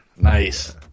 nice